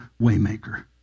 waymaker